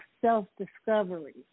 self-discovery